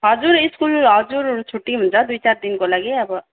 हजुर स्कुल हजुर छुट्टी हुन्छ दुई चार दिनको लागि अब